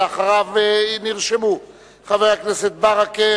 אחריו נרשמו חבר הכנסת מוחמד ברכה,